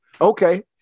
okay